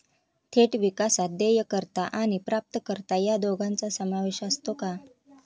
थेट विकासात देयकर्ता आणि प्राप्तकर्ता या दोघांचा समावेश असतो का?